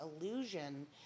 illusion